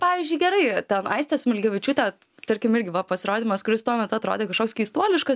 pavyzdžiui gerai ten aistė smilgevičiūtė tarkim irgi va pasirodymas kuris tuomet atrodė kažkoks keistuoliškas